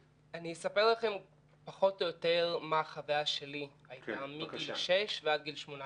אספר לכם פחות או יותר מה הייתה החוויה שלי מגיל שש ועד גיל 18